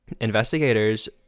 Investigators